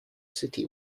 city